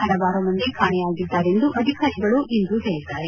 ಪಲವಾರು ಮಂದಿ ಕಾಣೆಯಾಗಿದ್ದಾರೆ ಎಂದು ಅಧಿಕಾರಿಗಳು ಇಂದು ಹೇಳಿದ್ದಾರೆ